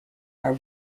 are